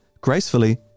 gracefully